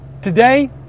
Today